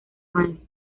maestra